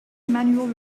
manual